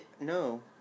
No